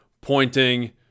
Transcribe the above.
pointing